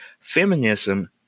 Feminism